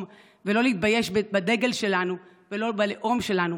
ולא להתבייש בדגל שלנו ולא בלאום שלנו,